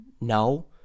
No